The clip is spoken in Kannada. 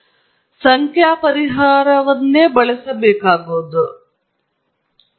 ದ್ರವ ಮಟ್ಟ ಮತ್ತು ಒಳಹರಿವು ಹರಿಯುವ ನಡುವೆ ರೇಖಾತ್ಮಕ ಸಂಬಂಧ ಇದೆ